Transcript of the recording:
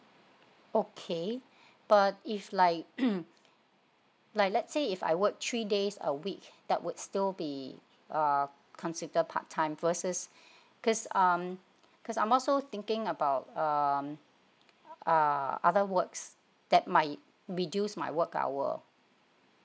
okay but if like like let's say if I work three days a week that would still be uh considered part time versus cause um cause I'm also thinking about um uh other works that might reduce my work hour